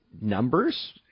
Numbers